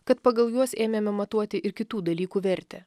kad pagal juos ėmėme matuoti ir kitų dalykų vertę